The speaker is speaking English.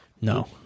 No